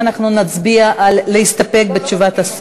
על להסתפק בתשובת השרה?